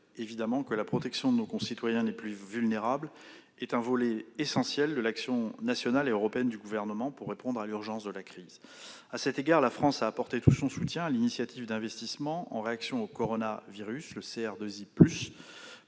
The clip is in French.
assuré que la protection de nos concitoyens les plus vulnérables est évidemment un volet essentiel de l'action nationale et européenne du Gouvernement pour répondre à l'urgence de la crise. À cet égard, la France a apporté tout son soutien à l'initiative d'investissement en réaction au coronavirus, le (CRII+),